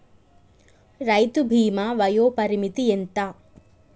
రైతు బీమా వయోపరిమితి ఎంత?